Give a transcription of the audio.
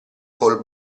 col